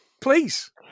Please